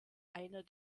einer